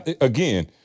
Again